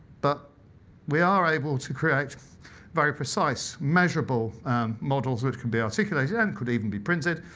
but we are able to create a very precise, measurable models which can be articulated, and could even be printed,